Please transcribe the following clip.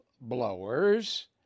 blowers